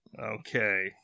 Okay